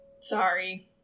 Sorry